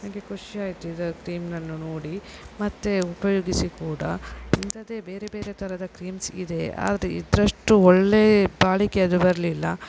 ನನಗೆ ಖುಷಿಯಾಯ್ತು ಇದು ಕ್ರೀಮ್ನನ್ನು ನೋಡಿ ಮತ್ತು ಉಪಯೋಗಿಸಿ ಕೂಡ ಇಂಥದೇ ಬೇರೆ ಬೇರೆ ಥರದ ಕ್ರೀಮ್ಸ್ ಇದೆ ಆದರೆ ಇದರಷ್ಟು ಒಳ್ಳೆಯ ಬಾಳಿಕೆ ಅದು ಬರಲಿಲ್ಲ